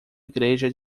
igreja